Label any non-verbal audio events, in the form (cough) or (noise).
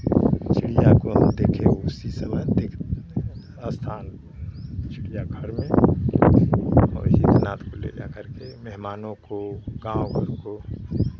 चिड़िया को हम देखे उसी समय देख स्थान चिड़ियाघर में और जितना (unintelligible) मेहमानों को गाँव को